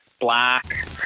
Black